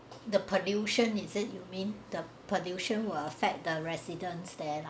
the pollution is it you mean the pollution will affect the residents there lah